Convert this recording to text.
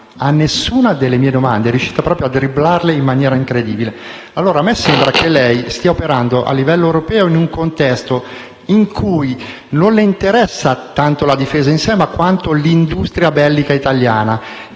a nessuna delle mie domande: è riuscita a dribblarle in maniera incredibile. A me sembra che lei stia operando a livello europeo in un contesto in cui non le interessa la difesa in sé, ma l'industria bellica italiana.